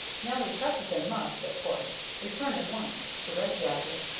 nelly trefethen must, of course, return at once to red jacket,